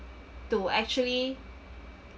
to actually a~